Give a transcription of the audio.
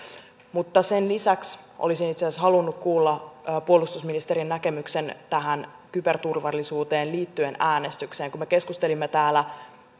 mutta sen lisäksi olisin itse asiassa halunnut kuulla puolustusministerin näkemyksen tähän kyberturvallisuuteen liittyen äänestykseen kun me keskustelimme täällä